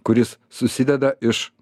kuris susideda iš